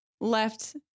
left